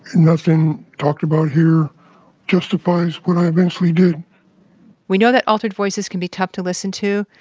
nothing talked about here justifies what i eventually did we know that altered voices can be tough to listen to,